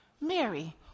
Mary